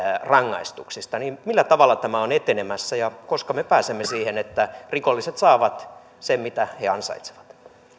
rangaistuksista millä tavalla tämä on etenemässä ja koska me pääsemme siihen että rikolliset saavat sen mitä he ansaitsevat